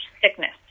sickness